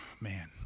man